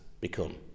become